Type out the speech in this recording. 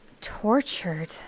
tortured